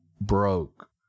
broke